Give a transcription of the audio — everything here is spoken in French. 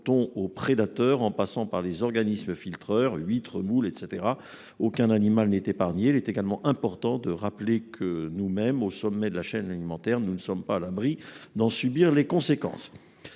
aux prédateurs, en passant par les organismes filtreurs- huîtres, moules, etc. -, aucun animal n'est épargné. Il est également important de rappeler que nous-mêmes, au sommet de la chaîne alimentaire, nous ne sommes pas à l'abri d'en subir les conséquences.